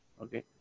okay